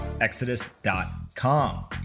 Exodus.com